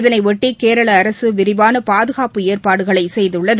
இதனையொட்டி கேரள அரசு விரிவான பாதுகாப்பு ஏற்பாடுகளை செய்துள்ளது